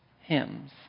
hymns